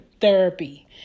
Therapy